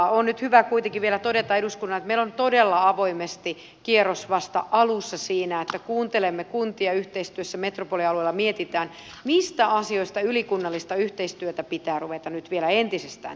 on nyt hyvä kuitenkin vielä todeta eduskunnalle että meillä on todella avoimesti kierros vasta alussa siinä että kuuntelemme kuntia yhteistyössä metropolialueella mietitään mistä asioista ylikunnallista yhteistyötä pitää ruveta nyt vielä entisestään tiivistämään